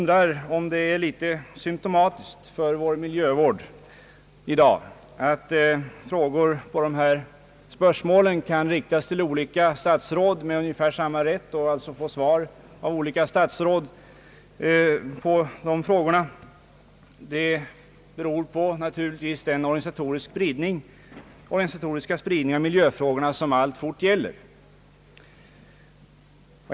Det synes vara symptomatiskt för vår miljövård i dag att frågor som rör miljövården med samma rätt kan riktas till olika statsråd och att därför svar kan ges av olika statsråd på dessa frågor. Det beror naturligtvis på den organisatoriska spridning av miljöfrågorna som alltfort gäller.